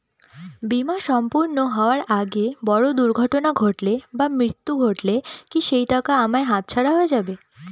বীমা সম্পূর্ণ হওয়ার আগে বড় দুর্ঘটনা ঘটলে বা মৃত্যু হলে কি সেইটাকা আমার হাতছাড়া হয়ে যাবে?